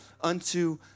unto